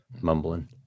mumbling